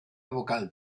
vocal